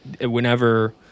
whenever